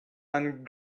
and